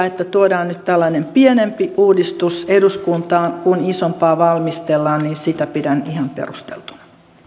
että tuodaan nyt tällainen pienempi uudistus eduskuntaan kun isompaa valmistellaan pidän ihan perusteltuna